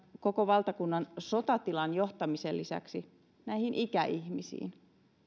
koko valtakunnan sotatilan johtamisen lisäksi ikäihmisiin